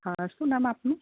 હં શું નામ આપનું